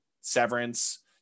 severance